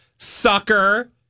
Sucker